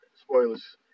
spoilers